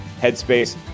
Headspace